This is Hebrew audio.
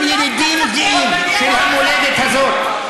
הם ילידים גאים של המולדת הזאת.